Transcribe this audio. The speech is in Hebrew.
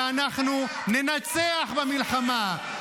-- ואנחנו ננצח במלחמה.